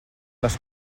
les